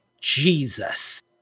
Jesus